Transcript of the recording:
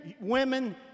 women